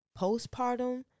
Postpartum